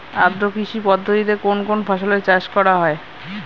আদ্র কৃষি পদ্ধতিতে কোন কোন ফসলের চাষ করা হয়?